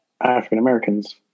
African-Americans